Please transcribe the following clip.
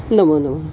नमोनमः